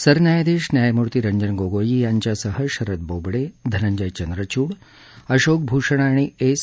सरन्यायाधीश न्यायमूर्ती रंजन गोगोई यांच्यासह शरद बोबडे धनंजय चंद्रचूड अशोक भूषण आणि एस